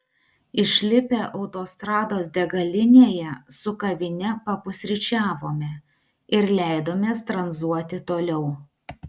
išlipę autostrados degalinėje su kavine papusryčiavome ir leidomės tranzuoti toliau